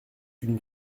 une